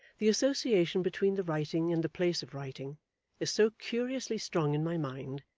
the association between the writing and the place of writing is so curiously strong in my mind,